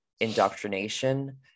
indoctrination